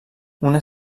una